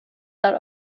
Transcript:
that